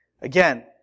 Again